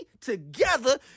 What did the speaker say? together